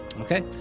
okay